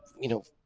you know,